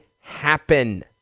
happen